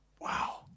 Wow